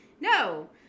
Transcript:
no